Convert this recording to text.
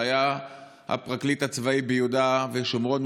שהיה הפרקליט הצבאי ביהודה ושומרון,